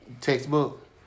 Textbook